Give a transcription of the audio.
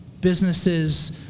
businesses